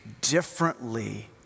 differently